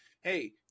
hey